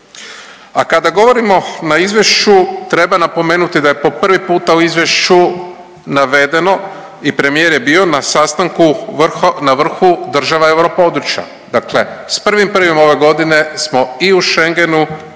A kada govorimo na izvješću treba napomenuti da je po prvi puta u izvješću navedeno i premijer je bio na sastanku na vrhu država europodručja, dakle s 1.1. smo ove godine i u Schengenu